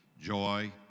joy